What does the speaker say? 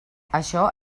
això